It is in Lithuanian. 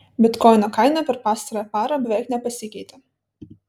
bitkoino kaina per pastarąją parą beveik nepasikeitė